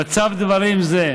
במצב דברים זה,